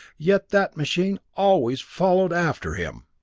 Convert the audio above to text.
yet that machine always followed after him!